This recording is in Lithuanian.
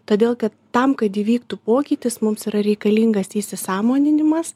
todėl kad tam kad įvyktų pokytis mums yra reikalingas įsisąmoninimas